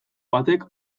batek